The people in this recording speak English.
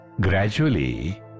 gradually